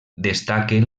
destaquen